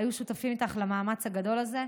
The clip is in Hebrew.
היו שותפים איתך למאמץ הגדול הזה,